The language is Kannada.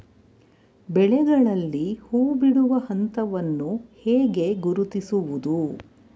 ಬೆಳೆಗಳಲ್ಲಿ ಹೂಬಿಡುವ ಹಂತವನ್ನು ಹೇಗೆ ಗುರುತಿಸುವುದು?